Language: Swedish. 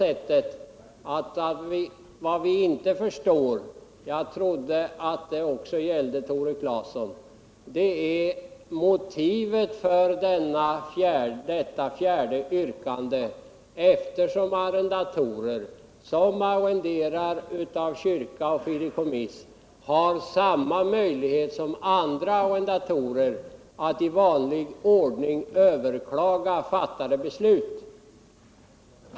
Men vi förstår inte — jag trodde det också gällde Tore Claeson — motiven för detta fjärde yrkande. Arrendatorer som arrenderar av kyrka och fideikommiss har ju samma möjligheter som andra arrendatorer att i vanlig ordning överklaga fattade beslut.